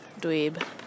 dweeb